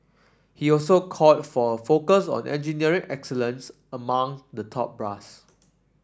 he also called for a focus on engineering excellence among the top brass